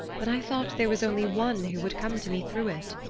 but i thought there was only one who would come to me through it.